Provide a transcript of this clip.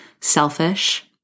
selfish